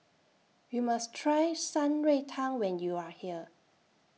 YOU must Try Shan Rui Tang when YOU Are here